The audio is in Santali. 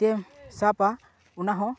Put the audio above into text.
ᱛᱤᱼᱛᱮᱢ ᱥᱟᱵᱟ ᱚᱱᱟ ᱦᱚᱸ